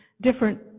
different